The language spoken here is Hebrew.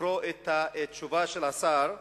לקרוא את התשובה של השר.